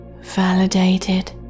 validated